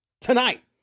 tonight